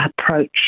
approach